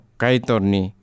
kaitorni